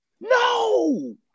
No